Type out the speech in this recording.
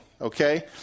Okay